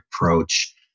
approach